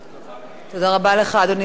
תודה רבה לך, אדוני שר המשפטים.